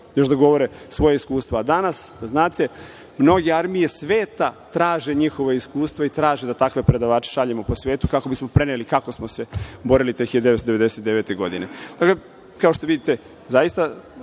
još da govore svoja iskustva. Danas, da znate, mnoge armije sveta traže njihova iskustva i traže da takve predavače šaljemo po svetu, kako bismo preneli kako smo se borili te 1999. godine. Dakle, kao što vidite, zaista